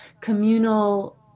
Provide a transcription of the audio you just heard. communal